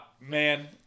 Man